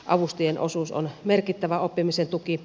avustajien osuus on merkittävä oppimisen tuki